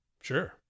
Sure